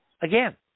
again